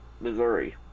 Missouri